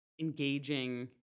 engaging